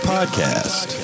Podcast